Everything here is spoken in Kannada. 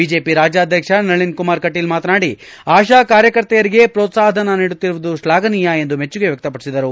ಬಿಜೆಪಿ ರಾಜ್ಯಾಧ್ವಕ್ಷ ನಳೀನ್ ಕುಮಾರ್ ಕಟೀಲ್ ಮಾತನಾಡಿ ಆಡಾ ಕಾರ್ಯಕರ್ತೆಯರಿಗೆ ಪ್ರೋತ್ಸಾಹ ಧನ ನೀಡುತ್ತಿರುವುದು ಶ್ಲಾಘನೀಯ ಎಂದು ಮೆಚ್ಚುಗೆ ವ್ಯಕ್ತಪಡಿಸಿದರು